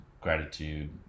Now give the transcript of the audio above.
gratitude